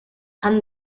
and